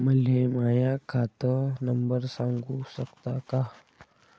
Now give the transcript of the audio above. मले माह्या खात नंबर सांगु सकता का?